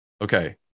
Okay